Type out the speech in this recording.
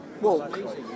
walk